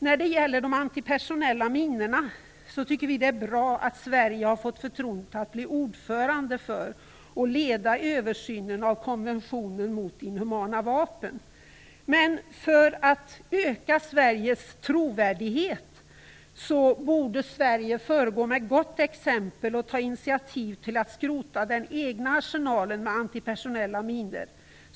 När det gäller de antipersonella minorna tycker vi att det är bra att Sverige har fått förtroendet att vara ordförande för och leda översynen av konventionen mot inhumana vapen. Men för att öka Sveriges trovärdighet borde Sverige föregå med gott exempel och ta initiativ till att skrota den egna arsenalen med antipersonella minor.